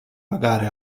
pagare